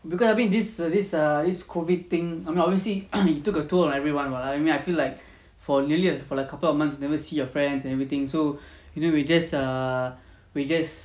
because having this this err this COVID thing I mean obviously it took a toll on everyone [what] I mean I feel like for really for a couple of months never see your friends and everything so you know we just err we just